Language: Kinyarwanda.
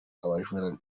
abajura